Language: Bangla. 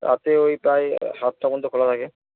রাতে ওই প্রায় সাতটা পর্যন্ত খোলা থাকে